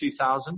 2000